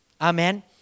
Amen